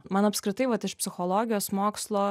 man apskritai vat iš psichologijos mokslo